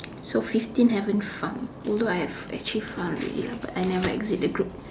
so fifteen haven't found although I have actually found already lah but I never exit the group